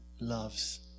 loves